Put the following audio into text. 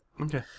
Okay